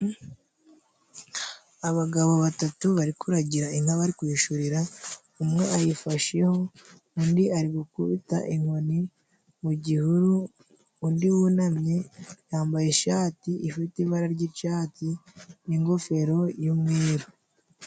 Abagabo batatu bari kuragira inka bari kwishyurira, umwe ayifasheho, undi ari gukubita inkoni mu gihuru, undi wunamye yambaye ishati ifite ibara ry'icatsi n'ingofero y'umweru.